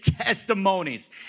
testimonies